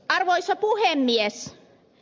arvoisa puhemies